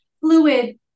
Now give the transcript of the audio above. fluid